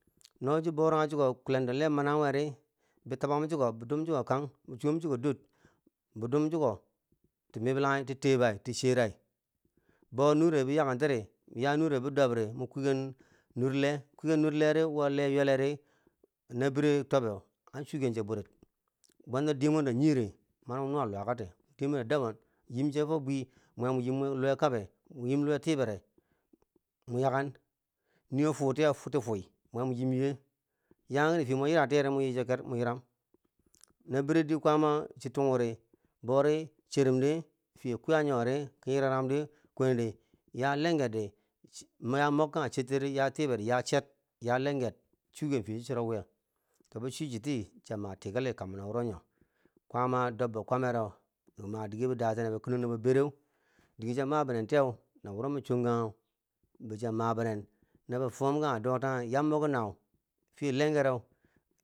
No chi boranghu chiko kulendo lee maranghu we di, bi tabanghum chiko, bi dum chiko kang, bi chumom chiko dor, bo dum chiko ti miblanghiti taiba ti cherai, bo nure biya ken tiri nure bidob ri mwin kwiken nurleh, kwiken nur lee ri wo lee yweleri, na bire tobe an chuken che bwirit, bwenta diyemendo nyiri, mamo nuwa Luwakati, diyemendo daban yim che fo bwi, mwe mo yim Luwe mwe kabe, mu luwe tibere mun yake nii wo fuu tiye ti fuui mwe mo yim ye, yaken ki nen, fiye mo yira tiyeri mo yi choker, mo yiram, na bire dii kwama chi tunghu di bori cherum di fiye kwiya nyori ko yiraranghumdi kwinidi yaa lengetdi ya mok kanghe chachiyet, ya tibet, ya chet, ya lenget chunghe fiye cho cheru wiye, to bo chwichi ti chiya ma tikali kamar na wuro nyo kwaama dobbo kwamero bo ma dige datenne, bo kinan nobo bere dige chiya mabinen tiyeu, na wuro ma chonkanghe bo chiya ma binen nabo fubom kanghe dotanghe, yambo ki nau fiye lengereu.